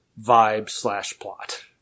vibe-slash-plot